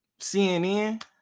CNN